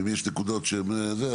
אם יש נקודות שהם זה,